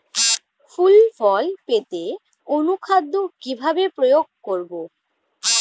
ফুল ফল পেতে অনুখাদ্য কিভাবে প্রয়োগ করব?